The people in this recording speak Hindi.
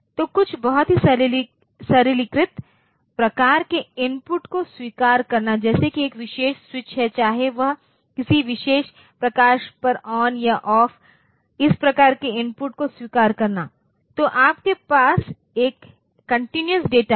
तो कुछ बहुत ही सरलीकृत प्रकार के इनपुट को स्वीकार करना जैसे कि एक विशेष स्विच है चाहे वह किसी विशेष प्रकाश पर ऑन या ऑफ इस प्रकार के इनपुट को स्वीकार करना तो आपके पास एक कन्टीन्यूस डेटा है